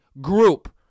group